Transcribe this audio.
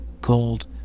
gold